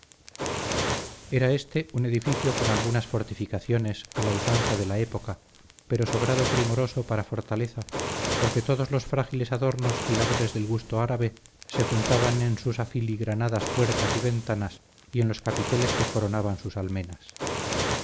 era éste un edificio con algunas fortificaciones a la usanza de la época pero sobrado primoroso para fortaleza porque todos los frágiles adornos y labores del gusto árabe se juntaban en sus afiligranadas puertas y ventanas y en los capiteles que coronaban sus almenas